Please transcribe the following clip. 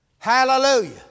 Hallelujah